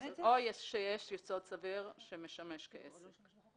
או שיש יסוד סביר שמשמש כעסק.